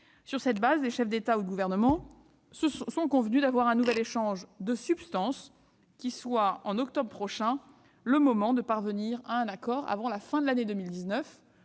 Sur cette base, les chefs d'État ou de gouvernement sont convenus d'avoir un nouvel échange de vues sur ce sujet en octobre prochain, dans la perspective de parvenir à un accord avant la fin de l'année 2019.